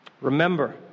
Remember